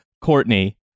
Courtney